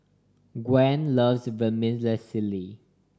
Gwen loves Vermicelli